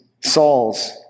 Saul's